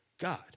God